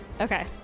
Okay